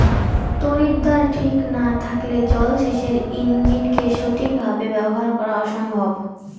তড়িৎদ্বার ঠিক না থাকলে জল সেচের ইণ্জিনকে সঠিক ভাবে ব্যবহার করা অসম্ভব